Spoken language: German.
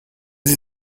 sie